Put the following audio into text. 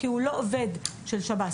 כי הוא לא עובד של שב"ס,